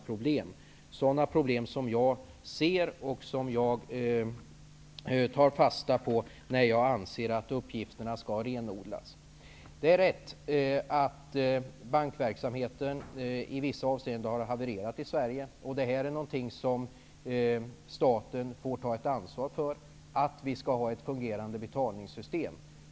Jag ser sådana problem och tar fasta på dem när jag anser att uppgifterna skall renodlas. Det är riktigt att bankverksamheten i vissa avseenden har havererat i Sverige, och staten får ta ett ansvar för att vi har ett fungerande betalningssystem.